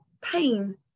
pain